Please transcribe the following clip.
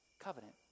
Covenant